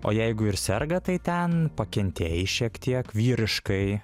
o jeigu ir serga tai ten pakentėjai šiek tiek vyriškai